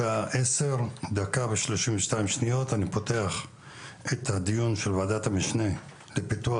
השעה 10:01:32. אני פותח את הדיון של ועדת המשנה לפיתוח